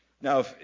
Now